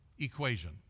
Equation